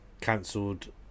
cancelled